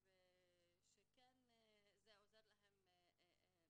בלעדיהן הוא לא יכול היה להצליח.